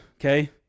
okay